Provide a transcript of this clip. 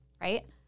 Right